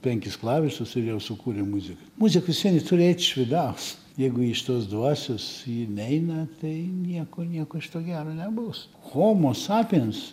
penkis klavišus ir jau sukūrė muziką muzika vis vien ji turi eit iš vidaus jeigu iš tos dvasios ji neina tai nieko nieko iš to gero nebus homo sapiens